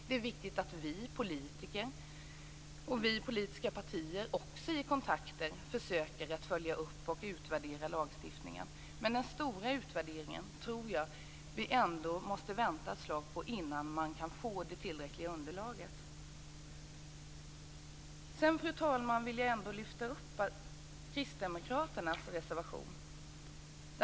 Det är viktigt att vi politiker och de politiska partierna i kontakter försöker att följa upp och utvärdera lagstiftningen. Men den stora utvärderingen tror jag att vi ändå måste vänta på ett slag, innan man kan få ett tillräckligt underlag. Sedan, fru talman, vill jag lyfta fram kristdemokraternas reservation.